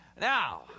Now